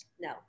no